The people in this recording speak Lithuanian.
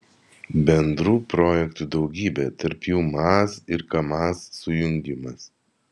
bendrų projektų daugybė tarp jų maz ir kamaz sujungimas